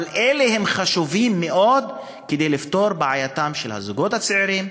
אבל אלה חשובים מאוד כדי לפתור את בעייתם של הזוגות הצעירים,